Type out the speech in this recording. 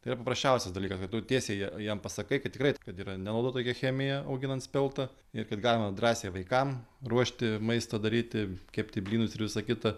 tai yra paprasčiausias dalykas kad tu tiesiai ja jam pasakai kad tikrai kad yra nenaudota jokia chemija auginant speltą ir kad galima drąsiai vaikam ruošti maistą daryti kepti blynus ir visa kita